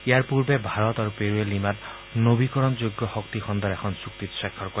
ইয়াৰ পূৰ্বে ভাৰত আৰু পেৰুৱে লিমাত নবীকৰণযোগ্য শক্তি খণ্ডৰ এখন চুক্তিত স্বাক্ষৰ কৰে